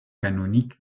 canonique